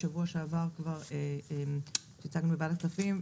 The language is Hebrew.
בשבוע שעבר כשהצגנו בוועדת הכספים,